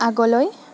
আগলৈ